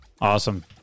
Awesome